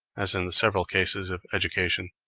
as in the several cases of education,